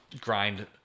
Grind